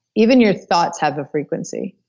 even your thoughts have a frequency.